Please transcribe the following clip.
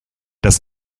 das